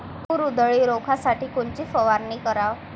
तूर उधळी रोखासाठी कोनची फवारनी कराव?